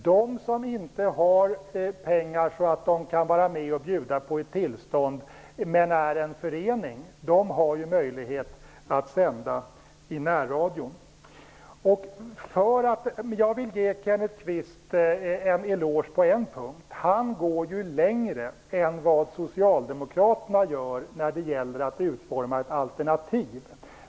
Intresserade föreningar som inte har så mycket pengar att de kan bjuda på ett tillstånd har ju möjlighet att sända i närradion. Jag vill ge Kenneth Kvist en eloge på en punkt: Han går längre än socialdemokraterna gör när det gäller att utforma ett alternativ.